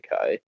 okay